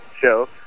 Show